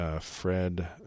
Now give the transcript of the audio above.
Fred